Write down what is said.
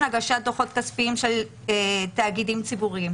הגשת דוחות כספיים של תאגידים ציבוריים.